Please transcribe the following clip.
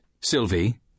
Sylvie